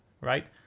Right